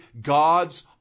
God's